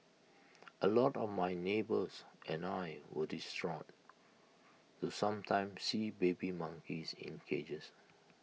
A lot of my neighbours and I were distraught to sometimes see baby monkeys in cages